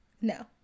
No